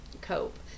cope